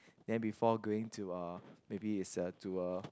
then before going to a maybe is a to a